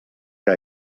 que